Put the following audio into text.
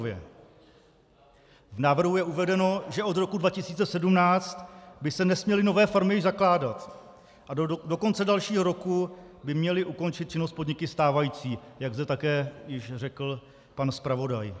V návrhu je uvedeno, že od roku 2017 by se nesměly nové farmy již zakládat a do konce dalšího roku by měly ukončit činnost podniky stávající, jak zde také již řekl pan zpravodaj.